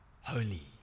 Holy